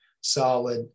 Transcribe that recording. solid